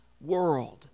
world